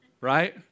Right